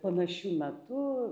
panašių metu